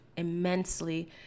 immensely